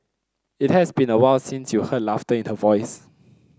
it has been awhile since you heard laughter in her voice